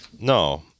No